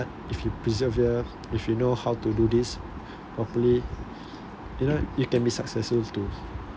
hard if you persevere if you know how to do this hopefully you know you can be successful too